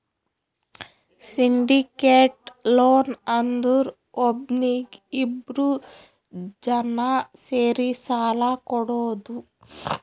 syndicated loan ಅಂದುರ್ ಒಬ್ನೀಗಿ ಇಬ್ರು ಜನಾ ಸೇರಿ ಸಾಲಾ ಕೊಡೋದು